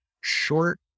short